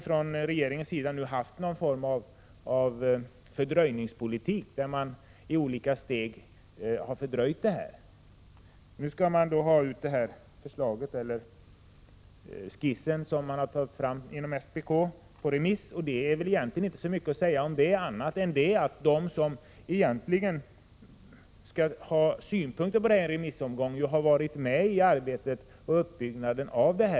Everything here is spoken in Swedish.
Från regeringens sida har man nu fört en politik där man i olika steg har fördröjt detta. Nu skall man ha ut förslaget, eller skissen, som har tagits fram inom SPK, på remiss. Det är inte så mycket att säga om det annat än att de som skall komma med synpunkter i denna remissomgång har varit med i arbetet och uppbyggnaden av detta.